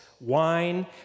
Wine